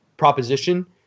proposition